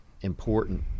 important